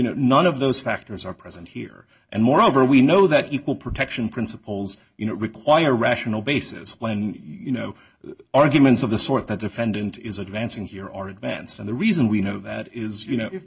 know none of those factors are present here and moreover we know that equal protection principles you know require a rational basis when you know arguments of the sort that defendant is advancing here are advanced and the reason we know that is you know